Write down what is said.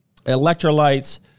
electrolytes